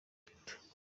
leta